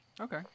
Okay